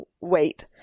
wait